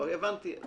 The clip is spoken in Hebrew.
הבנתי.